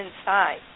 inside